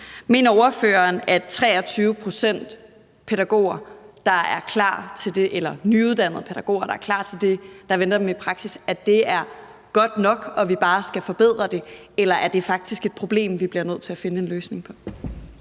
der mener, at de nyuddannede pædagoger er klar til det, der venter dem i praksis, er godt nok, og at vi bare skal forbedre det? Eller er det faktisk et problem, som vi bliver nødt til at finde en løsning på?